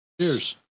Cheers